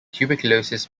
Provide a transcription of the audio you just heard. tuberculosis